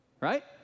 right